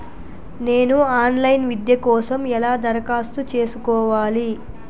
నేను online విద్య కోసం ఎలా దరఖాస్తు చేసుకోవాలి?